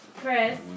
Chris